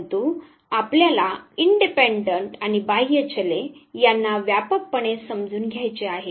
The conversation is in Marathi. परंतु आपल्याला इंडिपेंडंट आणि बाह्य चले the independent the dependent and the extraneous variables यांना व्यापक पणे समजून घ्यायचे आहे